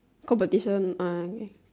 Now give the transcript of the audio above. competition